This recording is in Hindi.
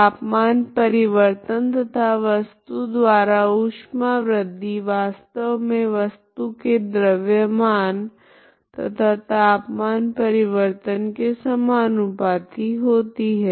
तापमान परिवर्तन तथा वस्तु द्वारा ऊष्मा वृद्धि वास्तव मे वस्तु के द्रव्यमान तथा तापमान परिवर्तन के समानुपाती होती है